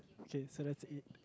okay so that's it